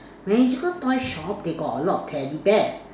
magical toyshop they got a lot of teddy bears